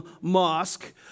mosque